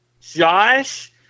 Josh